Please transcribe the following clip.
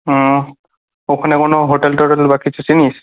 হুম ওখানে কোনো হোটেল টোটেল বা কিছু চিনিস